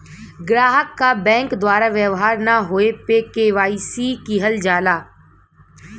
ग्राहक क बैंक द्वारा व्यवहार न होये पे के.वाई.सी किहल जाला